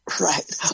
Right